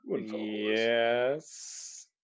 Yes